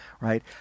Right